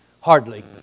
hardly